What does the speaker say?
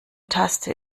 taste